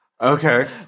Okay